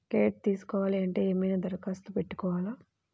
Credit తీసుకోవాలి అంటే ఏమైనా దరఖాస్తు పెట్టుకోవాలా?